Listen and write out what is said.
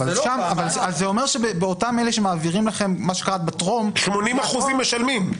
אז זה אומר שבאותם אלה שמעבירים לכם במה שקראת ב"טרום" -- 80% משלמים.